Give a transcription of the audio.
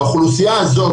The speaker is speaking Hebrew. האוכלוסייה הזאת,